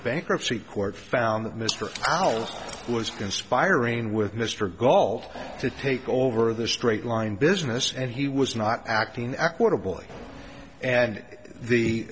bankruptcy court found that mr powell was conspiring with mr gault to take over the straight line business and he was not acting equitable and the